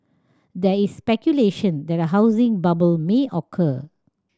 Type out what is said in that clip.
there is speculation that a housing bubble may occur